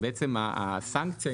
בעצם הסנקציה,